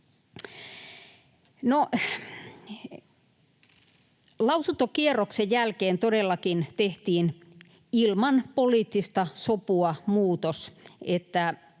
lausuntokierroksen jälkeen todellakin tehtiin ilman poliittista sopua muutos,